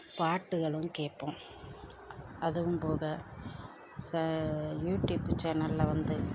பாட்டுகளும் கேட்போம் அதுவும் போக ச யூடியூப்பு சேனலில் வந்து